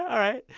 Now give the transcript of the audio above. all right.